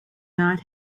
not